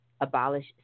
Abolish